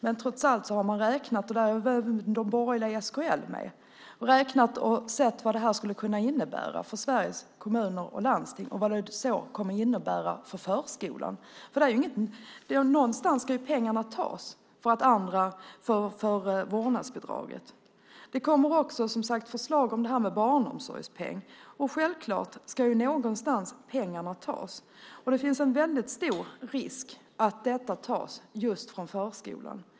Men man har trots allt räknat - och där är de borgerliga i SKL med - och sett vad det här skulle kunna innebära för Sveriges kommuner och landsting och vad det kommer att innebära för förskolan. Någonstans ska ju pengarna tas för att andra ska få vårdnadsbidrag. Det kommer också, som sagt, förslag om det här med barnomsorgspeng. Självklart ska pengarna tas någonstans ifrån. Det finns en väldigt stor risk att detta tas just från förskolan.